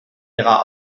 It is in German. ihrer